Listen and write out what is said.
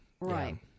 Right